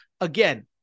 again